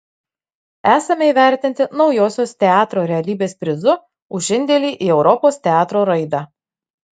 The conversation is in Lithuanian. esame įvertinti naujosios teatro realybės prizu už indėlį į europos teatro raidą